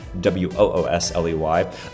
W-O-O-S-L-E-Y